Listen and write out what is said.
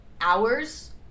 hours